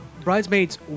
bridesmaids